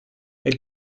elle